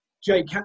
Jake